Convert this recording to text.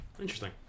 Interesting